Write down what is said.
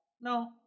no